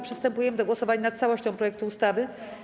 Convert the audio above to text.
Przystępujemy do głosowania nad całością projektu ustawy.